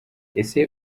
ese